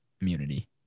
immunity